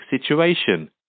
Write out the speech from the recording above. situation